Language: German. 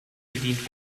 bedient